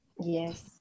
yes